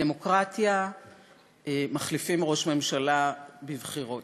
בדמוקרטיה מחליפים ראש ממשלה בבחירות.